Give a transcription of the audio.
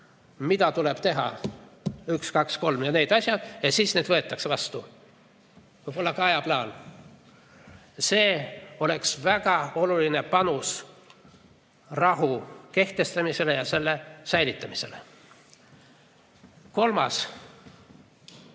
siis tuleb teha: üks, kaks kolm, need asjad, ja siis ta võetakse vastu. Võib-olla ka ajaplaan. See oleks väga oluline panus rahu kehtestamisse ja selle säilitamisse. Kolmas